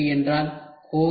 விரைவுக்கருவி என்றால் என்ன